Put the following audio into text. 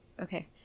Okay